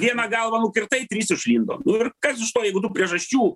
vieną galvą nukirtai trys išlindo nu ir kas iš to jeigu tų priežasčių